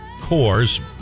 cores